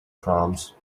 proms